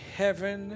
heaven